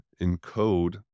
encode